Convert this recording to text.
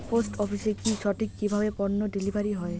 Post অফিসে কি সঠিক কিভাবে পন্য ডেলিভারি হয়?